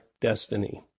destiny